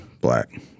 black